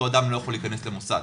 אותו אדם לא יכול להיכנס למוסד,